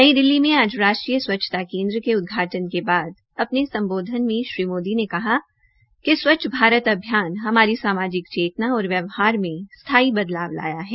नई दिल्ली में आज राष्ट्रीय स्वच्छता केन्द्र के उदघाटन के बाद अपने संबोधन में श्री मोदी ने कहा कि स्वच्छ भारत अभियान हमारी सामाजिक चेतना और व्यवहार में स्थाई बदलाव लाया है